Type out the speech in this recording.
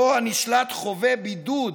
שבו הנשלט חווה בידוד